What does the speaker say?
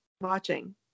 watching